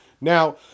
Now